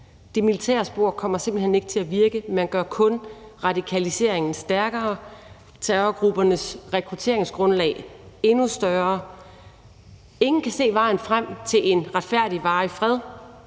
Det militære spor kommer simpelt hen ikke til at virke, men gør kun radikaliseringen stærkere og terrorgruppernes rekrutteringsgrundlag endnu større. Ingen kan se vejen frem til en retfærdig varig fred,